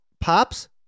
Pops